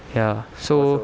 ya so